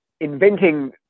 inventing